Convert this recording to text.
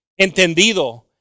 entendido